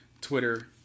Twitter